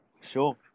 sure